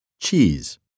Cheese